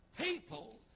people